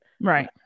right